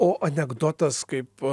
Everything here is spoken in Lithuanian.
o anekdotas kaip